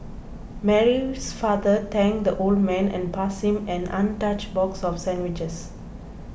Mary's father thanked the old man and passed him an untouched box of sandwiches